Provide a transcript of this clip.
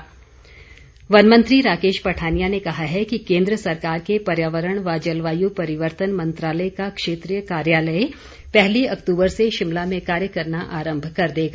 राकेश पठानिया वन मंत्री राकेश पठानिया ने कहा है कि केंद्र सरकार के पर्यावरण व जलवायु परिवर्तन मंत्रालय का क्षेत्रीय कार्यालय पहली अक्तूबर से शिमला में कार्य करना आरम्भ कर देगा